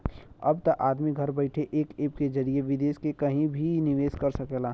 अब त आदमी घर बइठे एक ऐप के जरिए विदेस मे कहिं भी निवेस कर सकेला